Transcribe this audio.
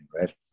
right